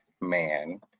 man